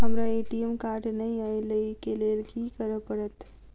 हमरा ATM card नै अई लई केँ लेल की करऽ पड़त?